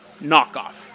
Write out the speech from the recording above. knockoff